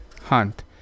hunt